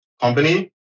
company